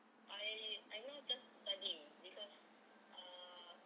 I I now just studying because uh